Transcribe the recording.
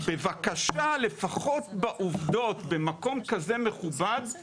בבקשה, לפחות בעובדות, במקום כזה מכובד, תדייק.